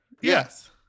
Yes